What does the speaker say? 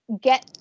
get